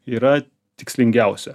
yra tikslingiausia